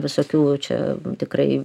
visokių čia tikrai